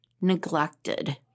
neglected